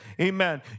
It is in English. Amen